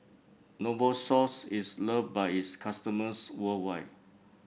novosource is loved by its customers worldwide